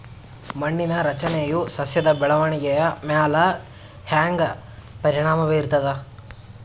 ಮಣ್ಣಿನ ರಚನೆಯು ಸಸ್ಯದ ಬೆಳವಣಿಗೆಯ ಮ್ಯಾಲ ಹ್ಯಾಂಗ ಪರಿಣಾಮ ಬೀರ್ತದ?